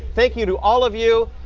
thank you to all of you,